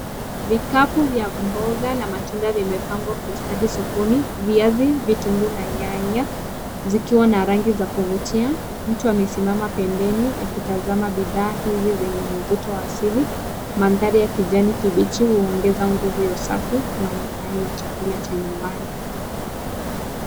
Vikapu vya mboga na matunda vimepangwa kwa ustadi sokoni. Viazi, vitunguu na nyanya zikiwa na rangi za kuvutia. Mtu amaesimama pembeni akitazama bidhaa hizi zenye mvuto wa asili, mandhari ya kijani kibichi huongeza nguvu ya usafi na uhai wa chakula cha nyumbani.